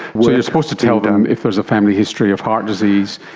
so you're supposed to tell them if there is a family history of heart disease,